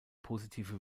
positive